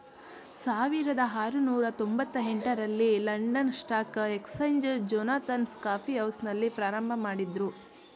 ಸಾವಿರದ ಆರುನೂರು ತೊಂಬತ್ತ ಎಂಟ ರಲ್ಲಿ London Stock Exchange Jonathan's Coffee ಹೌಸ್ನಲ್ಲಿ ಪ್ರಾರಂಭಮಾಡಿದ್ರು